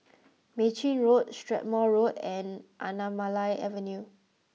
Mei Chin Road Strathmore Road and Anamalai Avenue